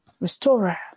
restorer